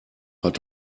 hat